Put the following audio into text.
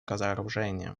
разоружения